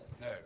No